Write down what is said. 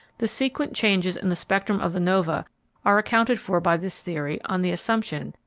the sequent changes in the spectrum of the nova' are accounted for by this theory on the assumption,